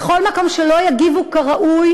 בכל מקום שלא יגיבו כראוי